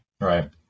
right